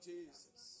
Jesus